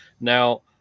Now